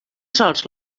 sols